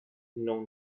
know